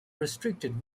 restricted